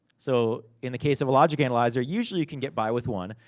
so, in the case of a logic analyzer, usually you can get by with one.